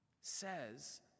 says